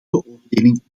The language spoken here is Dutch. beoordeling